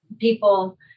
people